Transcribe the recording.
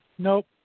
Nope